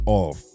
off